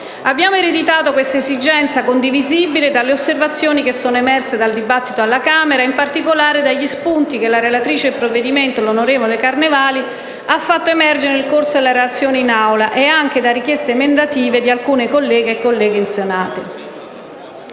Abbiamo ereditato questa esigenza, condivisibile, dalle osservazioni che sono emerse dal dibattito alla Camera e in particolare dagli spunti che la relatrice del provvedimento, l'onorevole Carnevali, ha fatto emergere nel corso della relazione in Aula, nonché da richieste emendative avanzate da alcuni colleghe e colleghi in Senato.